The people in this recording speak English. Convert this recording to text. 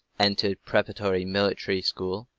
entered preparatory military school,